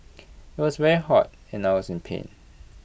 IT was very hot and I was in pain